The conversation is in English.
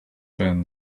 been